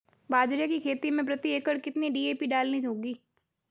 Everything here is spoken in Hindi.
बाजरे की खेती में प्रति एकड़ कितनी डी.ए.पी डालनी होगी?